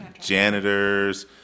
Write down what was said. janitors